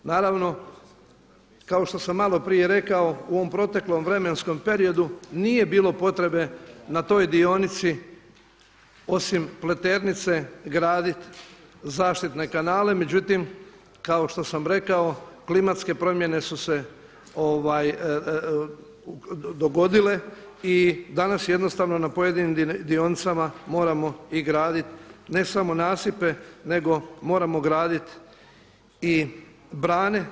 Naravno kao što sam maloprije rekao u ovom proteklom vremenskom periodu nije bilo potrebe na toj dionici osim Pleternice graditi zaštitne kanale međutim kao što sam rekao klimatske promjene su se dogodile i danas jednostavno na pojedinim dionicama moramo i graditi ne samo nasipe nego moramo gradit i brane.